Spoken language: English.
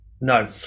No